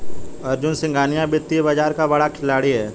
अर्जुन सिंघानिया वित्तीय बाजार का बड़ा खिलाड़ी है